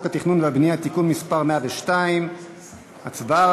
התכנון והבנייה (תיקון מס' 102). הצבעה.